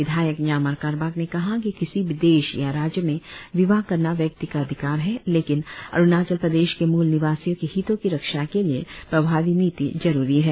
विधायक न्यामार कारबाक ने कहा कि किसी भी देश या राज्य में विवाह करना व्यक्ति का अधिकार है लेकिन अरुणाचल प्रदेश के मुल निवासियों के हितों की रक्षा के लिए प्रभावी नीति जरुरी है